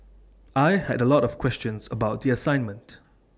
I had A lot of questions about the assignment